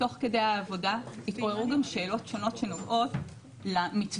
תוך כדי העבודה התעוררו גם שאלות שונות שנוגעות למתווה.